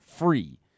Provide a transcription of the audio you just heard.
free